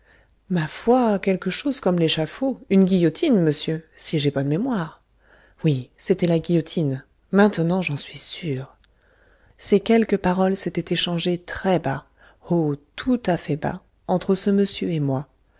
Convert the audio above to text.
ma foi quelque chose comme l'échafaud une guillotine monsieur si j'ai bonne mémoire oui c'était la guillotine maintenant j'en suis sûr ces quelques paroles s'étaient échangées très bas oh tout à fait bas entre ce monsieur et moi